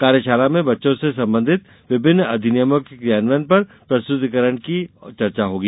कार्यशाला में बच्चों से संबंधित विभिन्न अधिनियमों के क्रियान्वयन पर प्रस्तुतिकरण और चर्चा होगी